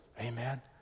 Amen